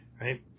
right